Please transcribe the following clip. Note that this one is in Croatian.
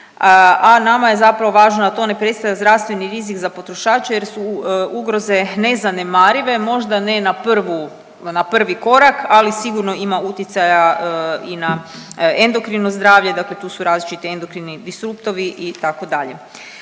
a nama je zapravo važno da to ne predstavlja zdravstveni rizik za potrošače jer su ugroze nezanemarive, možda ne na prvu, na prvi korak, ali sigurno ima utjecaja i na endokrino zdravlje, dakle tu su različiti endokrini disuptovi itd.